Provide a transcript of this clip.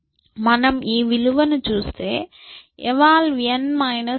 మనం ఈ విలువను చూస్తే ఎవాల్ ఎవాల్